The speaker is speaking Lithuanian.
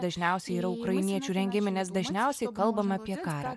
dažniausiai yra ukrainiečių rengiami nes dažniausiai kalbam apie karą